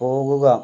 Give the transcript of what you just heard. പോകുക